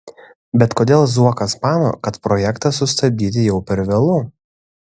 bet kodėl zuokas mano kad projektą sustabdyti jau per vėlu